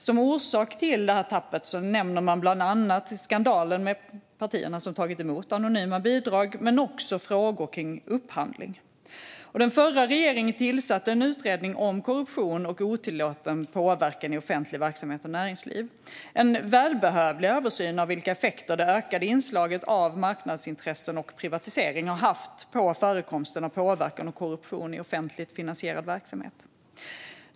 Som orsak till tappet nämner man bland annat skandalen med partierna som har tagit emot anonyma bidrag men också frågor om upphandling. Den förra regeringen tillsatte en utredning om korruption och otillåten påverkan i offentlig verksamhet och näringsliv. Det var en välbehövlig översyn av vilka effekter som det ökade inslaget av marknadsintressen och privatisering har haft på förekomsten av påverkan och korruption i offentligt finansierad verksamhet.